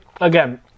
again